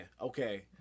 okay